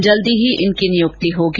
जल्दी ही इनकी नियुक्ति होगी